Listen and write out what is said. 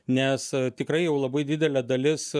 nes tikrai jau labai didelė dalis